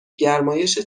گرمایش